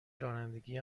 رانندگی